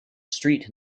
street